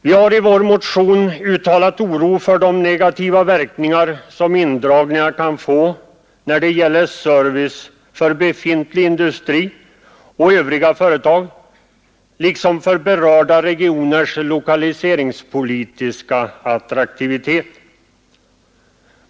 Vi har i vår motion uttalat oro för de negativa verkningar som indragningarna kan få när det gäller service för befintliga industrier och övriga företag liksom för berörda regioners lokaliseringspolitiska attraktivitet.